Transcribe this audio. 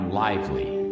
lively